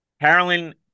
Carolyn